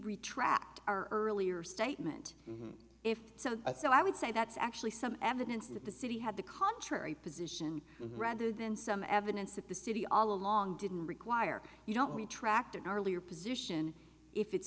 retract our earlier statement if so i thought i would say that's actually some evidence that the city had the contrary position rather than some evidence that the city all along didn't require you don't retract an earlier position if it's